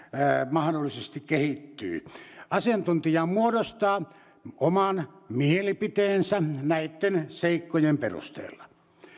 mahdollisesti kehittyy asiantuntija muodostaa oman mielipiteensä näitten seikkojen perusteella